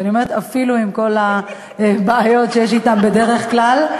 ואני אומרת אפילו עם כל הבעיות שיש אתם בדרך כלל.